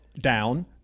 down